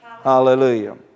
Hallelujah